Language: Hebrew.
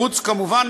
כמובן,